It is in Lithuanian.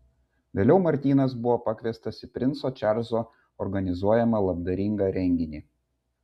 vėliau martynas buvo pakviestas į princo čarlzo organizuojamą labdaringą renginį